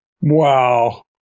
Wow